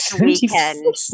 weekend